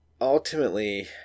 ultimately